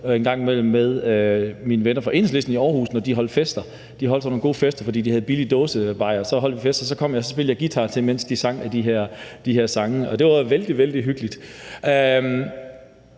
en gang imellem var med mine venner fra Enhedslisten i Aarhus, når de holdt fester. De holdt sådan nogle gode fester, fordi de havde billige dåsebajere. Så holdt vi fester, og så kom jeg og spillede guitar, mens de sang de her sange, og det var vældig, vældig hyggeligt.